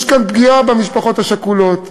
יש כאן פגיעה במשפחות השכולות,